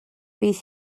bydd